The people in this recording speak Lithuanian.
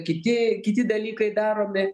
kiti kiti dalykai daromi